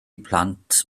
blant